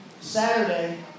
Saturday